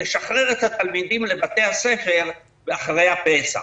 לשחרר את התלמידים לבתי הספר אחרי הפסח,